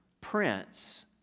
Prince